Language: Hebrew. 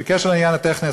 בקשר לעניין הטכני,